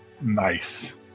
Nice